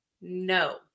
no